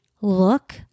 look